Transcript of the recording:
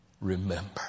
remember